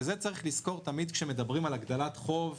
את זה צריך לזכור תמיד כשמדברים על הגדלת חוב.